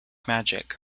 magic